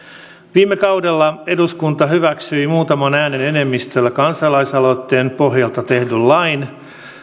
viime kaudella eduskunta hyväksyi muutaman äänen enemmistöllä kansalaisaloitteen pohjalta tehdyn lain